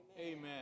Amen